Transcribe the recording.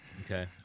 Okay